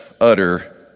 utter